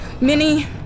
Minnie